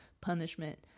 punishment